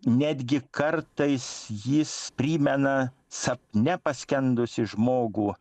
netgi kartais jis primena sapne paskendusį žmogų